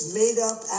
made-up